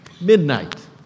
Midnight